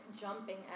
jumping